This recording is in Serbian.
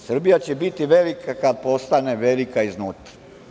Srbija će biti velika, kada postane velika iznutra.